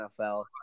NFL